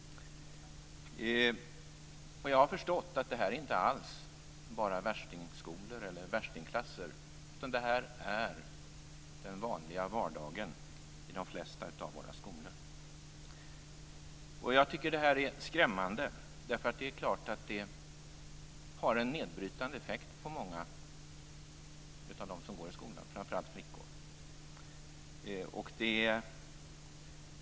Jag har förstått att detta inte alls gäller bara värstingskolor eller värstingklasser utan att det här är den vanliga vardagen i de flesta av skolorna. Det är skrämmande för att det har en nedbrytande effekt på många av dem som går i skolan, framför allt på flickor.